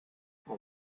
now